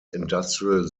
industrial